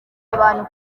abantu